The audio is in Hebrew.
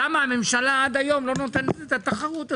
וגם להבין למה הממשלה עד היום לא נותנת את התחרות הזאת,